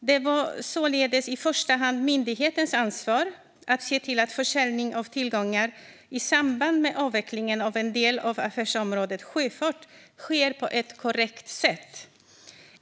Det var således i första hand myndighetens ansvar att se till att försäljning av tillgångar i samband med avvecklingen av en del av affärsområdet Sjöfart skedde på ett korrekt sätt.